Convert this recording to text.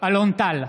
אלון טל,